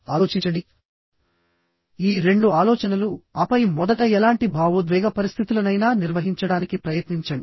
ఆలోచించండి ఈ రెండు ఆలోచనలు ఆపై మొదట ఎలాంటి భావోద్వేగ పరిస్థితులనైనా నిర్వహించడానికి ప్రయత్నించండి